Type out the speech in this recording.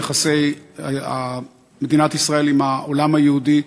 ביחסי מדינת ישראל עם העולם היהודי,